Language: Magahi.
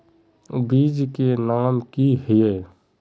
बीज के नाम की हिये?